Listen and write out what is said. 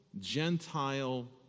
Gentile